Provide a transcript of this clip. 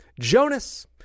Jonas